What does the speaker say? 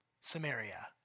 Samaria